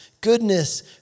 goodness